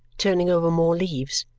turning over more leaves.